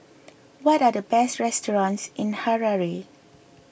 what are the best restaurants in Harare